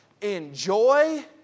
enjoy